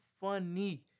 funny